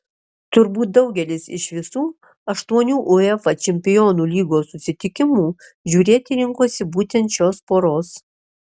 turbūt daugelis iš visų aštuonių uefa čempionų lygos susitikimų žiūrėti rinkosi būtent šios poros